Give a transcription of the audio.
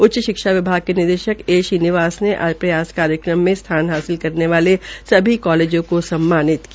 उच्च शिक्षा विभाग के निदेशक ए श्रीनिवास ने आज प्रयास कार्यक्रम मे स्थान हासिल करने वाले सभी कालेजों को सम्मानित किया